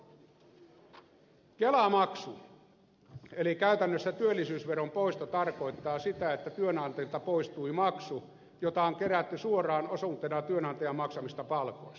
kelamaksu eli käytännössä työllisyysveron poisto tarkoittaa sitä että työnantajilta poistui maksu jota on kerätty suoraan osuutena työnantajan maksamista palkoista